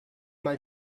mal